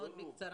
מאוד בקצרה.